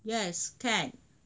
yes can